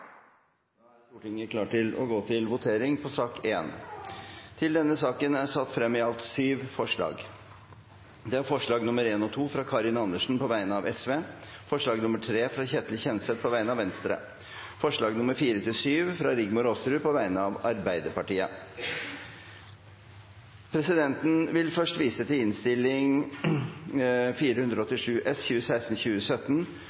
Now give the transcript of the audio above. Stortinget er klar til å gå til votering. Under debatten er det satt frem i alt syv forslag. Det er forslagene nr. 1 og 2, fra Karin Andersen på vegne av Sosialistisk Venstreparti forslag nr. 3, fra Ketil Kjenseth på vegne av Venstre forslagene nr. 4–7, fra Rigmor Aasrud på vegne av Arbeiderpartiet Presidenten vil først vise til